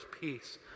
peace